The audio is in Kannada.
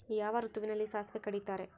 ಯಾವ ಋತುವಿನಲ್ಲಿ ಸಾಸಿವೆ ಕಡಿತಾರೆ?